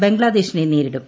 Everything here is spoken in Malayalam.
ബംഗ്ലാദേശിനെ നേരിടും